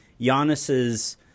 Giannis's